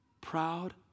proud